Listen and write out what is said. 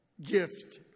gift